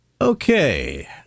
Okay